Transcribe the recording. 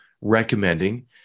recommending